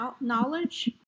knowledge